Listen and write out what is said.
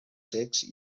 secs